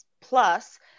Plus